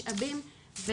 משאבים.